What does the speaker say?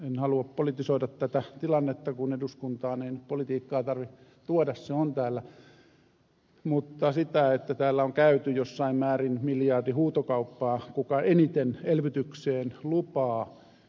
en halua politisoida tätä tilannetta kun eduskuntaan ei nyt politiikkaa tarvitse tuoda se on täällä mutta hieman ihmettelen sitä että täällä on käyty jossain määrin miljardihuutokauppaa siitä kuka eniten elvytykseen lupaa